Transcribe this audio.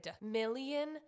million